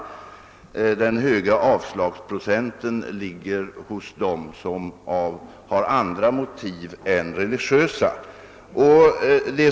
Den höga avslagsprocenten ligger hos dem som har andra motiv än religiösa.